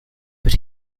but